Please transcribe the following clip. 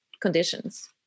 conditions